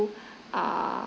err